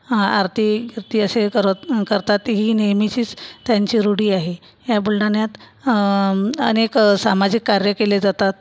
आरती बिर्ति असे दररोज करतात ती ही नेहमीचीच त्यांची रूढी आहे ह्या बुलढाण्यात अनेक सामाजिक कार्य केले जातात